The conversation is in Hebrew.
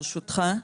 ברשותך.